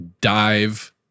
dive